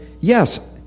yes